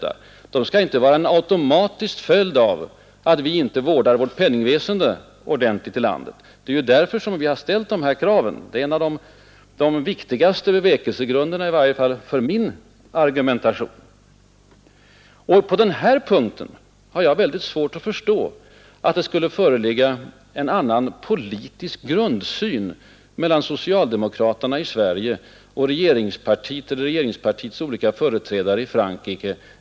Ökade skatter skall inte vara en automatisk följd av att vi inte vårdar vårt penningväsende ordentligt här i landet. Det är därför som vi har ställt våra krav, och det är också en av de viktigaste bevekelsegrunderna för min argumentation. På den punkten har jag också mycket svårt att förstå att det skulle föreligga en annan politisk grundsyn hos socialdemokraterna i Sverige än hos regeringspartiet eller andra partiers olika företrädare i Frankrike.